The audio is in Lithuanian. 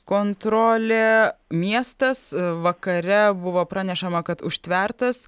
kontrolė miestas vakare buvo pranešama kad užtvertas